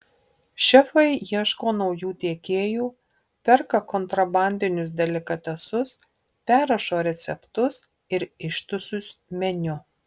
šefai ieško naujų tiekėjų perka kontrabandinius delikatesus perrašo receptus ir ištisus meniu